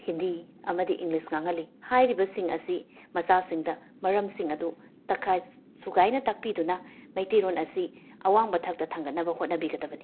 ꯍꯤꯟꯗꯤ ꯑꯃꯗꯤ ꯏꯪꯂꯤꯁ ꯉꯥꯡꯍꯜꯂꯤ ꯍꯥꯏꯔꯤꯕꯁꯤꯡ ꯑꯁꯤ ꯃꯆꯥꯁꯤꯡꯗ ꯃꯔꯝꯁꯤꯡ ꯑꯗꯨ ꯇꯥꯛꯈꯥꯏ ꯁꯨꯒꯥꯏꯅ ꯇꯥꯛꯄꯤꯗꯨꯅ ꯃꯩꯇꯩꯔꯣꯟ ꯑꯁꯤ ꯑꯋꯥꯡꯕ ꯊꯥꯛꯇ ꯊꯥꯡꯒꯠꯅꯕ ꯍꯣꯠꯅꯕꯤꯒꯗꯕꯅꯤ